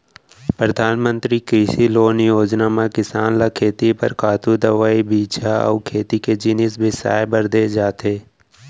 परधानमंतरी कृषि लोन योजना म किसान ल खेती बर खातू, दवई, बीजा अउ खेती के जिनिस बिसाए बर दे जाथे